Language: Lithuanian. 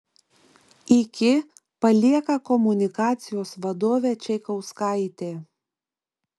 iki palieka komunikacijos vadovė čaikauskaitė